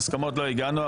להסכמות לא הגענו,